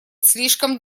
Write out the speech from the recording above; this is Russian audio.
слишком